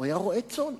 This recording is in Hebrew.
הוא היה רועה צאן,